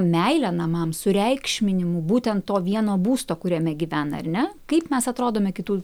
meile namams sureikšminimu būtent to vieno būsto kuriame gyvena ar ne kaip mes atrodome kitų